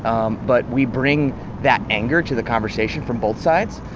um but we bring that anger to the conversation from both sides.